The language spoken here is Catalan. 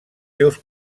seus